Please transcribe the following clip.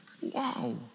Wow